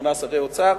שמונה שרי אוצר,